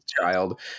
child